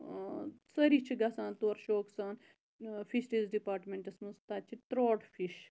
سٲری چھِ گَژھان تور شوکہٕ سان پھشریٖز ڈِپاٹمنٹَس مَنٛز تَتہِ چھِ تروٹ فِش